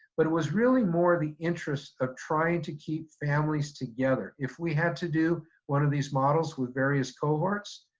but it was really more the interest of trying to keep families together. if we had to do one of these models with various cohorts,